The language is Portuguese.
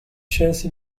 chance